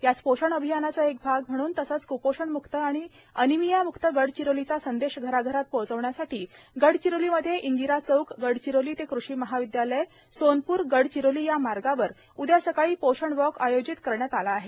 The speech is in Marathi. याच पोषण अभियानाचा एक भाग म्हणून तसंच कुपोषणमुक्त आणि अनिमियामुक्त गडचिरोलीचा संदेश घराघरात पोहचविण्यासाठी गडचिरोलीमध्ये इंदिरा चौक गडचिरोली ते कृषी महाविदयालय सोनप्र गडचिरोली या मार्गावर उदया सकाळी पोषण वॉक आयोजित करण्यात आला आहे